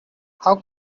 how